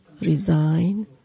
resign